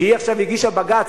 היא עכשיו הגישה בג"ץ,